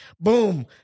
boom